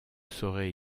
saurai